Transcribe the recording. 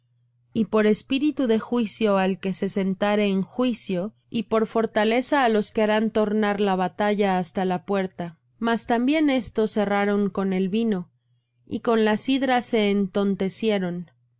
y por espíritu de juicio al que se sentare en juicio y por fortaleza á los que harán tornar la batalla hasta la puerta mas también éstos erraron con el vino y con la sidra se